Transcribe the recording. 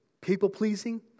People-pleasing